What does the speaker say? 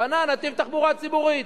בנה נתיב תחבורה ציבורית,